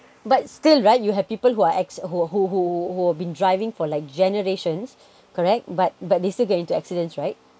but still right you have people who are ex~ who who who who have been driving for like generations correct but but they still get into accidents right